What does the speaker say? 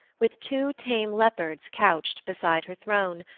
with two tame leopards couched beside her throne,